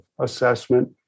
assessment